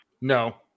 No